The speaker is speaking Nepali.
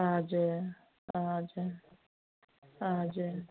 हजुर हजुर हजुर